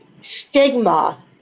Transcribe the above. stigma